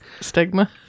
stigma